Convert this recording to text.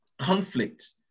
conflict